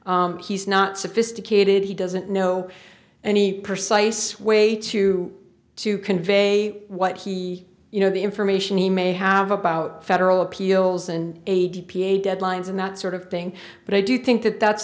he's not sophisticated he doesn't know any precise way to to convey what he you know the information he may have about federal appeals and a t p a deadlines and that sort of thing but i do think that that's